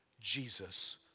Jesus